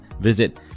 visit